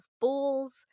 balls